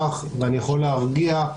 ביטוח, ואני יכול להרגיע.